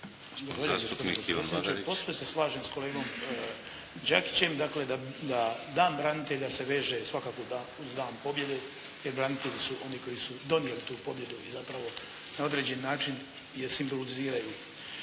potpredsjedniče. Posve se slažem s kolegom Đakićem, dakle da Dan branitelja se veže svakako uz Dan pobjede jer branitelji su oni koji su donijeli tu pobjedu i zapravo na određeni način je simboliziraju.